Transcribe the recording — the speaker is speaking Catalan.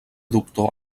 doctor